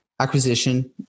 acquisition